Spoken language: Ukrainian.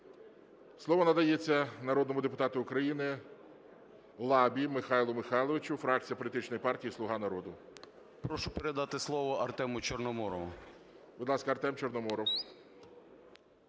Слово надається народному депутату України Лабі Михайлу Михайловичу, фракція політичної партії "Слуга народу". 10:21:39 ЛАБА М.М. Прошу передати слово Артему Чорноморову. ГОЛОВУЮЧИЙ. Будь ласка, Артем Чорноморов.